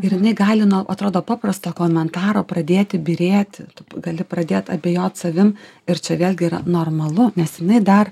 ir jinai gali nuo atrodo paprasto komentaro pradėti byrėti tu gali pradėt abejot savim ir čia vėlgi yra normalu nes jinai dar